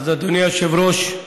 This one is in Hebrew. אדוני היושב-ראש,